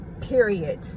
period